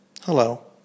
Hello